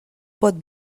pot